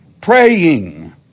Praying